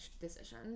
decision